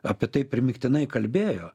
apie tai primygtinai kalbėjo